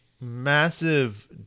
massive